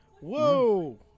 Whoa